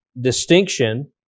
distinction